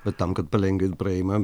bet tam kad palengvint praėjimą